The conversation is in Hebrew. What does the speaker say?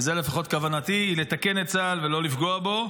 וזו לפחות כוונתי, זה לתקן את צה"ל ולא לפגוע בו.